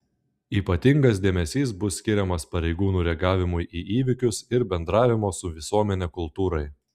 ypatingas dėmesys bus skiriamas pareigūnų reagavimui į įvykius ir bendravimo su visuomene kultūrai